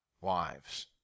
wives